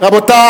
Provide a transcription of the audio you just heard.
רבותי,